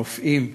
הרופאים,